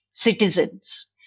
citizens